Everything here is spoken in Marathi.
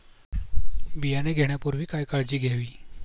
बियाणे घेण्यापूर्वी काय काळजी घ्यावी?